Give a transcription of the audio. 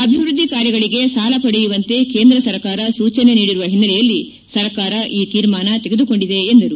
ಅಭಿವೃದ್ಧಿ ಕಾರ್ಯಗಳಿಗೆ ಸಾಲ ಪಡೆಯುವಂತೆ ಕೇಂದ್ರ ಸರ್ಕಾರ ಸೂಚನೆ ನೀಡಿರುವ ಹಿನ್ನೆಲೆಯಲ್ಲಿ ಸರ್ಕಾರ ಈ ತೀರ್ಮಾನ ತೆಗೆದುಕೊಂಡಿದೆ ಎಂದರು